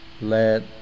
let